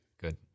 Good